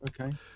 Okay